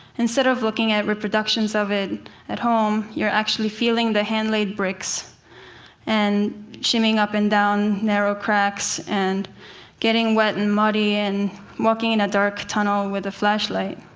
instead of looking at reproductions of it at home, you're actually feeling the hand-laid bricks and shimmying up and down narrow cracks and getting wet and muddy and walking in a dark tunnel with a flashlight.